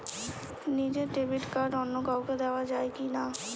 নিজের debit card অন্য কাউকে দেওয়া যায় কি না?